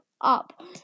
up